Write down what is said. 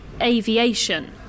aviation